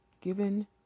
given